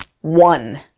one